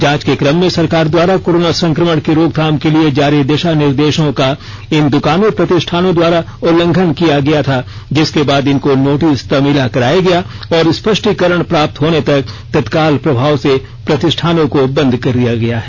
जांच के क्रम में सरकार द्वारा कोरोना संक्रमण के रोकथाम के लिए जारी दिशा निर्देशों का इन दुकानों प्रतिष्ठानों द्वारा उल्लंघन किया गया था जिसके बाद इनको नोटिस तमिला कराया गया और स्पष्टीकरण प्राप्त होने तक तत्काल प्रभाव से प्रतिष्ठानों को बंद किया गया है